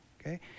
okay